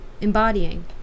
embodying